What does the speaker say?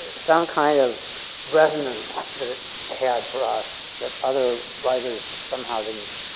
some kind of resonance that it had for us that other writers somehow didn't.